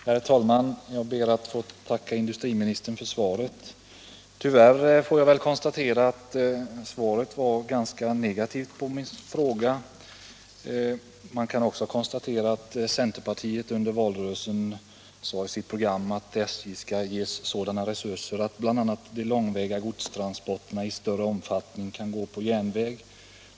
Herr talman! Jag ber att få tacka industriministern för svaret. Tyvärr Tisdagen den måste jag konstatera att svaret på min fråga var ganska negativt. 8 februari 1977 Man kan också konstatera att centerpartiet under valrörelsen sadeatt = SJ skulle ges sådana resurser att bl.a. de långväga godstransporterna Om ökad säkerhet i större omfattning kunde gå på järnväg.